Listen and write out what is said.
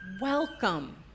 welcome